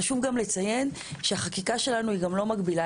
חשוב לציין שהחקיקה שלנו היא גם לא מגבילה,